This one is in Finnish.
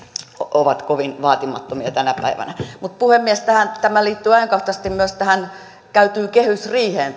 ovat kovin vaatimattomia tänä päivänä mutta puhemies tämä yritystukiasia liittyy ajankohtaisesti myös tähän käytyyn kehysriiheen